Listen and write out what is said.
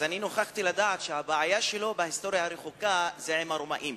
אז אני נוכחתי לדעת שהבעיה שלו בהיסטוריה הרחוקה היא עם הרומאים.